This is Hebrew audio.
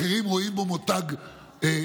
אחרים רואים בו מותג הפוך,